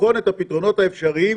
לבחון את הפתרונות האפשריים